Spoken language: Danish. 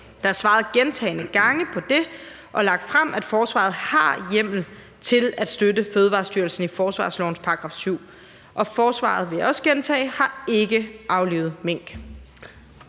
Der er svaret gentagne gange på det, og det er lagt frem, at forsvaret har hjemmel til at støtte Fødevarestyrelsen i forsvarslovens § 7. Jeg vil også gentage, at forsvaret har ikke aflivet mink.